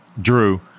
Drew